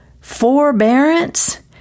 forbearance